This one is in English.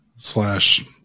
slash